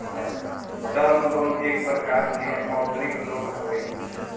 term loan एक प्रकार के मौदृक लोन हवे